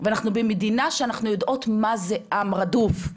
ואנחנו במדינה שאנחנו יודעות מה זה עם רדוף,